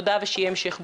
תודה והמשך בוקר טוב.